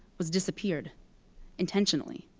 was disappeared intentionally.